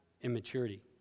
immaturity